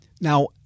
Now